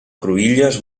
cruïlles